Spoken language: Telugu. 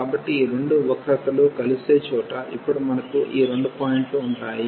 కాబట్టి ఈ రెండు వక్రతలు కలిసే చోట ఇప్పుడు మనకు ఈ రెండు పాయింట్లు ఉంటాయి